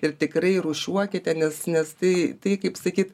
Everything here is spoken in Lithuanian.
ir tikrai rūšiuokite nes nes tai tai kaip sakyt